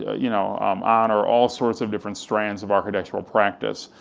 you know um honor all sort of different strands of architectural practice.